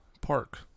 park